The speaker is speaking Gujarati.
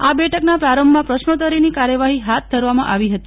આ બેઠકના પ્રારંભમાં પ્રશ્નોતરીની કાર્યવાહી હાથ ધરવામાં આવી હતી